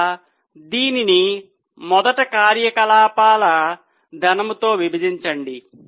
ఇంకా దీనిని మొదట కార్యకలాపాల ధనముతో విభజించండి